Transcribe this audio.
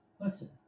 Listen